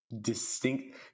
distinct